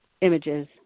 images